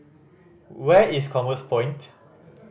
where is Commerce Point